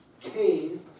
Cain